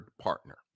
partner